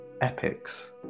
epics